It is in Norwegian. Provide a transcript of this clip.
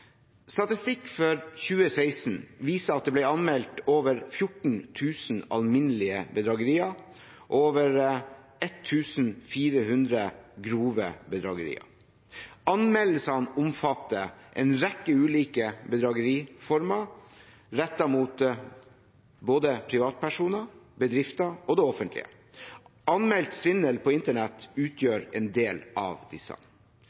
Statistikk for 2016 viser at det ble anmeldt over 14 000 alminnelige bedragerier og over 1 400 grove bedragerier. Anmeldelsene omfatter en rekke ulike bedrageriformer rettet mot både privatpersoner, bedrifter og det offentlige. Anmeldt svindel på internett utgjør en del av disse